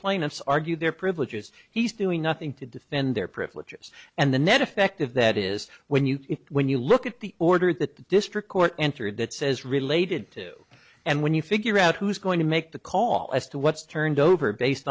plaintiffs argue their privileges he's doing nothing to defend their privileges and the net effect of that is when you when you look at the order that the district court entered that says related to and when you figure out who's going to make the call as to what's turned over based